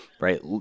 right